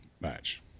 match